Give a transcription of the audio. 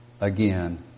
Again